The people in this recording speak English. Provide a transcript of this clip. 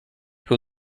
who